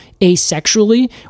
asexually